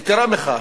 יתירה מכך,